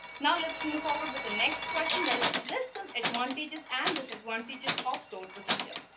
now, let's move forward with the next question that is list some advantages and disadvantages of stored procedure.